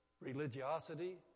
religiosity